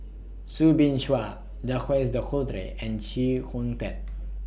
Soo Bin Chua Jacques De Coutre and Chee Kong Tet